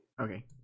Okay